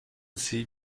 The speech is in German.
sie